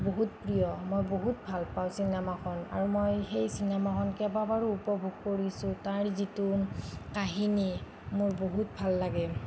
বহুত প্ৰিয় মই বহুত ভাল পাওঁ চিনেমাখন আৰু মই সেই চিনেমাখনকে কেবাবাৰো উপভোগ কৰিছোঁ তাৰ যিটো কাহিনী মোৰ ভাল লাগে